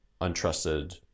untrusted